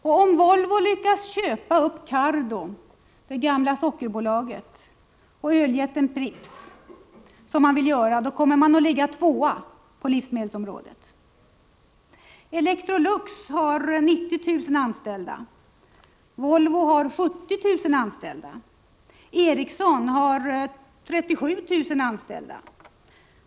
Och om Volvo lyckas köpa upp Cardo, det gamla Sockerbolaget och öljätten Pripps, som man vill göra, kommer man att ligga som tvåa på livsmedelsområdet. Electrolux har 90 000 anställda, Volvo har 70 000 anställda och Ericsson har 37 000 anställda.